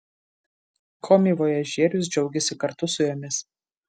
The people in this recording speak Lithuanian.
komivojažierius džiaugėsi kartu su jomis